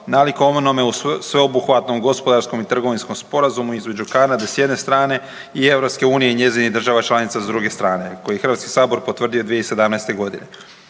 nalik onome sveobuhvatnom gospodarskom i trgovinskom sporazumu između Kanade s jedne strane i EU i njezinih država članica s druge strane, koje je HS potvrdio 2017.g.